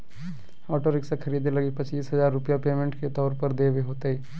auto rickshaw खरीदे लगी पचीस हजार रूपया पेमेंट के तौर पर देवे होतय